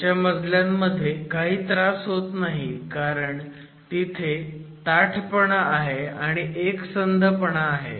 वरच्या मजल्यांमध्ये काही त्रास होत नाही कारण तिथे ताठपणा आहे आणि एकसंधपणा आहे